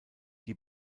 die